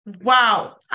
Wow